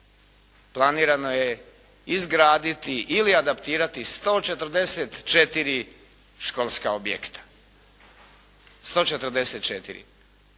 planirano je izgraditi ili adaptirati 144 školska objekta. 144.